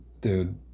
dude